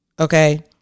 Okay